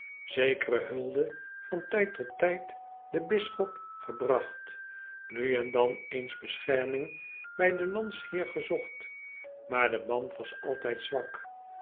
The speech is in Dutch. zekere hulde van tijd tot tijd den bisschop gebragt nu en dan eens bescherming bij den landsheer gezocht maar de band was altijd zwak